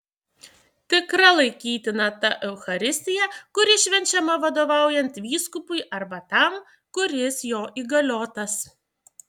tikra laikytina ta eucharistija kuri švenčiama vadovaujant vyskupui arba tam kuris jo įgaliotas